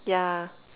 yeah